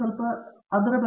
professor V